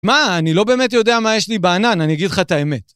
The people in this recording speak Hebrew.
מה? אני לא באמת יודע מה יש לי בענן, אני אגיד לך את האמת.